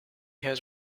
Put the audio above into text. has